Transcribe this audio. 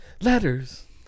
Letters